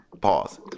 pause